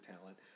talent